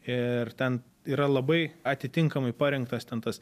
ir ten yra labai atitinkamai parinktas ten tas